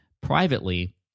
privately